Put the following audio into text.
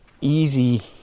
easy